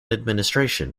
administration